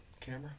camera